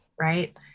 right